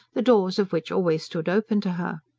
the doors of which always stood open to her.